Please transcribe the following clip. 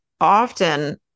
often